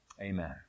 Amen